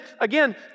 again